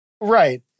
Right